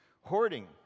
Hoarding